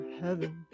heaven